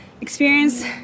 experience